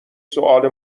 سوال